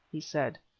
he said.